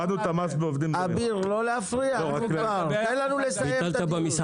אביר, לא להפריע, תן לנו לסיים את הדיון.